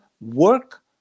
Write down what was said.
work